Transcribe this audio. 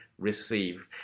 receive